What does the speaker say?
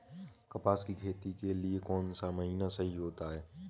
कपास की खेती के लिए कौन सा महीना सही होता है?